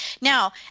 Now